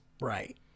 right